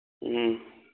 ꯎꯝ